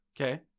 Okay